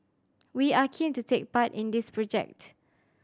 we are keen to take part in this project